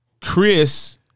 Chris